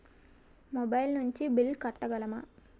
Mobile నుంచి bill కట్టగలమ?